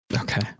Okay